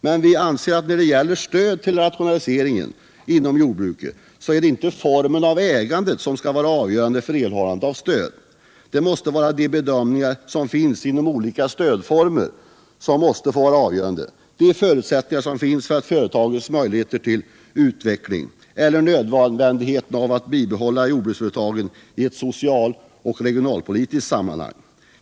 Men vi anser att när det gäller stöd till rationalisering inom jordbruket, så är det inte formen för ägande som skall vara avgörande för erhållande av stöd. Det måste vara de bedömningar som finns inom olika stödformer som måste få vara avgörande, de förutsättningar som finns för företagens möjligheter till utveckling eller önskvärdheten av att bibehålla jordbruksföretag i ett socialt eller regionalpolitiskt sammanhang.